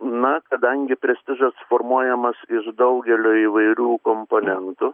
na kadangi prestižas formuojamas iš daugelio įvairių komponentų